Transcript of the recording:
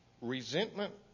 Resentment